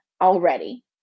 already